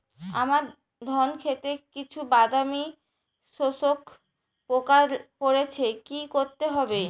আমার ধন খেতে কিছু বাদামী শোষক পোকা পড়েছে কি করতে হবে?